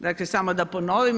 Dakle, samo da ponovim.